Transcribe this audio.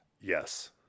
Yes